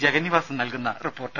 ജഗന്നിവാസൻ നൽകുന്ന റിപ്പോർട്ട്